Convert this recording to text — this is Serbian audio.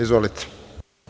Izvolite.